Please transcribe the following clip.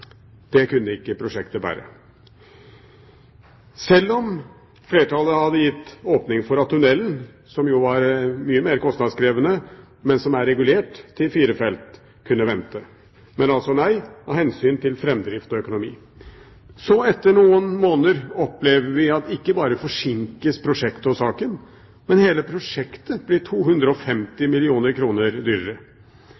Det kunne ikke prosjektet bære, selv om flertallet hadde gitt åpning for at tunnelen, som jo var mye mer kostnadskrevende, men som er regulert til firefelt, kunne vente. Men altså nei av hensyn til framdrift og økonomi. Så etter noen måneder opplever vi at ikke bare forsinkes prosjektet og saken, men hele prosjektet blir 250